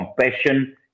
compassion